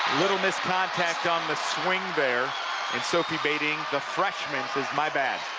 little missed contact on the swing there and sophie badding, the freshman, says my bad.